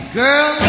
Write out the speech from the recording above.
girl